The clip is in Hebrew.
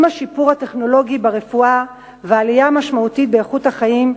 עם השיפור הטכנולוגי ברפואה והעלייה המשמעותית באיכות החיים,